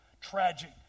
tragic